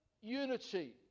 unity